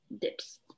dips